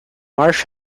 marsh